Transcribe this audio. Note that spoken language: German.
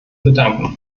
bedanken